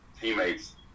teammates